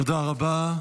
תודה רבה.